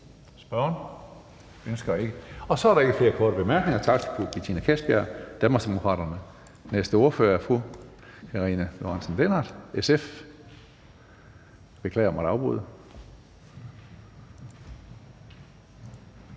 kort bemærkning, og så er der ikke flere korte bemærkninger. Tak til fru Betina Kastbjerg, Danmarksdemokraterne. Næste ordfører er fru Karina Lorentzen Dehnhardt, SF. Jeg beklager, at jeg